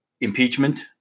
Impeachment